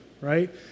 right